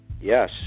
Yes